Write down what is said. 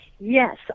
Yes